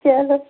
चलो